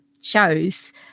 shows